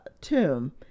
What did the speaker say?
tomb